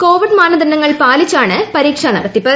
Covid മാനദണ്ഡങ്ങൾ പാലിച്ചാണ് പരീക്ഷാ നടത്തിപ്പ്